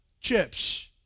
chips